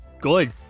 good